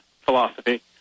philosophy